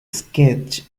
sketch